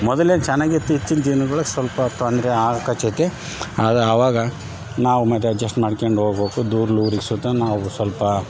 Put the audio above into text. ಮೊದಲೇ ಚೆನ್ನಾಗಿತ್ತು ಇತ್ತೀಚ್ಚಿನ ದಿನಗಳು ಸ್ವಲ್ಪ ತೊಂದರೆ ಆಕಚೀತಿ ಆಗ ಆವಾಗ ನಾವು ಮತ್ತು ಅಜ್ಜೆಸ್ಟ್ ಮಾಡ್ಕೊಂಡು ಹೋಗ್ಬೇಕು ಸೂತ ನಾವು ಸ್ವಲ್ಪ